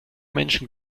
menschen